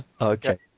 Okay